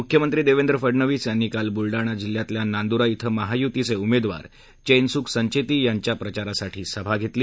मुख्यमंत्री देवेंद्र फडणवीस यांनी काल बुलडाणा जिल्ह्यातल्या नांदुरा िंग महायुतीचे उमेदवार चैनसुख संचेती यांच्या प्रचारासाठी सभा घेतली